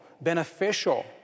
beneficial